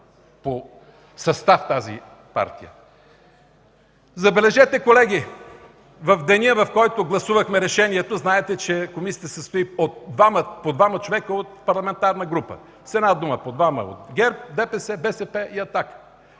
по състав тази партия. Забележете, колеги, в деня, в който гласувахме решението, знаете, че комисията се състои от по двама човека от парламентарна група, с една дума – по двама от ГЕРБ, от ДПС, БСП и